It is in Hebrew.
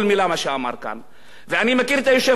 ואני מכיר את היושב-ראש, שהיה פעם שר התקשורת.